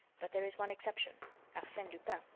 but there is one exception arsene lupin.